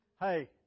Hey